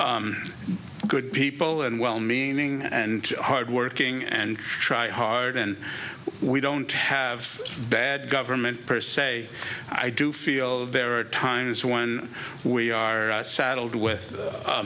are good people and well meaning and hard working and try hard and we don't have bad government per se i do feel there are times when we are saddled with